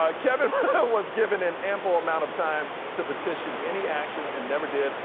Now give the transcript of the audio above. ah kevin was given an ample amount of time to petition any action and never did.